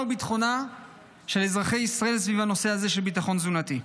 וביטחונם של אזרחי ישראל סביב הנושא הזה של ביטחון תזונתי.